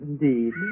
Indeed